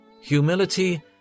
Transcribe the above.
Humility